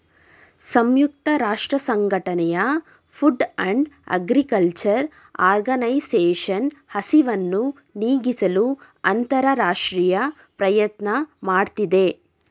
ಸಂಯುಕ್ತ ರಾಷ್ಟ್ರಸಂಘಟನೆಯ food and agriculture organisation ಹಸಿವನ್ನು ನೀಗಿಸಲು ಅಂತರರಾಷ್ಟ್ರೀಯ ಪ್ರಯತ್ನ ಮಾಡ್ತಿದೆ